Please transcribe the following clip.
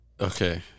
Okay